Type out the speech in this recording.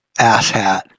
asshat